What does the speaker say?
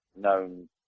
known